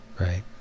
Right